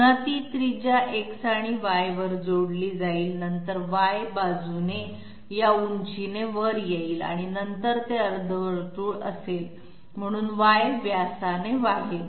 पुन्हा ती त्रिज्या X आणि Y वर जोडली जाईल नंतर Y बाजूने या उंचीने वर येईल आणि नंतर ते अर्धवर्तुळ असेल म्हणून Y व्यासाने वाढेल